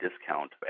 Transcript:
discount